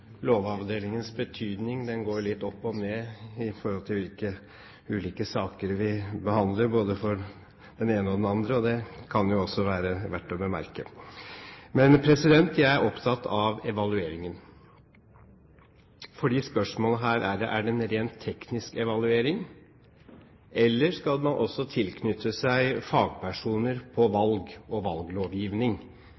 Lovavdelingens betydning går litt opp og ned i forhold til hvilke ulike saker vi behandler, både for den ene og den andre. Det kan også være verdt å bemerke. Jeg er opptatt av evalueringen, for spørsmålet her er: Er det en ren teknisk evaluering, eller skal man også tilknytte seg fagpersoner på